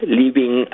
leaving